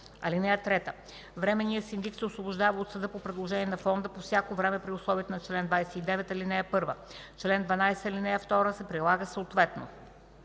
(3) Временният синдик се освобождава от съда по предложение на фонда по всяко време при условията на чл. 29, ал. 1. Член 12, ал. 2 се прилага съответно.